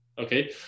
Okay